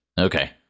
Okay